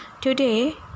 Today